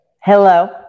Hello